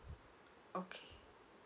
okay